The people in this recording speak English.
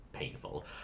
painful